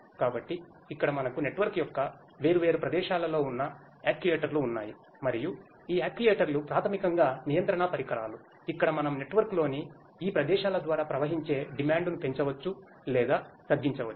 కాబట్టి ఇక్కడ మనకు నెట్వర్క్ యొక్క వేర్వేరు ప్రదేశాలలో ఉన్న యాక్యుయేటర్లు ఉన్నాయి మరియు ఈ యాక్యుయేటర్లు ప్రాథమికంగా నియంత్రణ పరికరాలు ఇక్కడ మనము నెట్వర్క్లోని ఈ ప్రదేశాల ద్వారా ప్రవహించే డిమాండ్ను పెంచవచ్చు లేదా తగ్గించవచ్చు